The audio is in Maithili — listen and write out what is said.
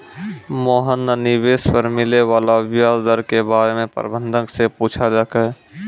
मोहन न निवेश पर मिले वाला व्याज दर के बारे म प्रबंधक स पूछलकै